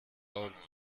augen